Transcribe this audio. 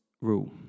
rule